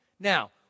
Now